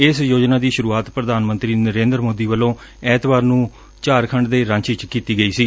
ਇਸ ਯੋਜਨਾ ਦੀ ਸੁਰੂਆਤ ਪ੍ਰਧਾਨ ਮੰਤਰੀ ਨਰੇਂਦਰ ਮੋਦੀ ਵੱਲੋਂ ਐਤਵਾਰ ਨੂੰ ਝਾਰਖੰਡ ਦੇ ਰਾਂਚੀ ਚ ਕੀਤੀ ਗਈ ਸੀ